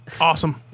Awesome